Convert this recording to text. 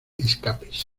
escapes